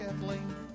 Kathleen